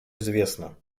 известна